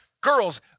girls